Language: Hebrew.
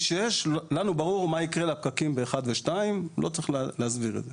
לנו ברור מה יקרה לפקקים ב-1 ו-2 ולא צריך להסביר את זה.